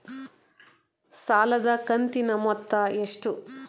ಸಾಲದ ಕಂತಿನ ಮೊತ್ತ ಎಷ್ಟು?